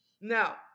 now